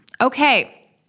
Okay